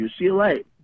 UCLA